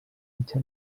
fitxa